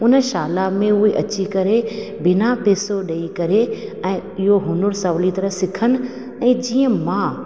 उन शाला में उहे अची करे बिना पैसो ॾेई करे ऐं इहो हुनरु सहुली तरह सिखनि ऐं जीअं मां